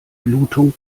blutung